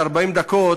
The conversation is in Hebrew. עד 40 דקות,